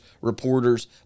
reporters